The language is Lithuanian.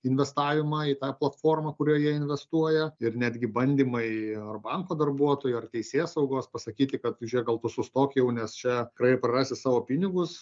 investavimą į tą platformą kurioje investuoja ir netgi bandymai ar banko darbuotojų ar teisėsaugos pasakyti kad žėk gal tu sustok jau nes čia krai prarasi savo pinigus